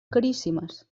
caríssimes